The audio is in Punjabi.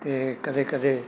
ਅਤੇ ਕਦੇ ਕਦੇ